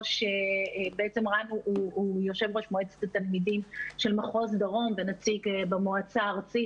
בעצם רן הוא יושב-ראש מועצת התלמידים של מחוז דרום ונציג במועצה הארצית,